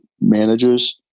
managers